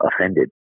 offended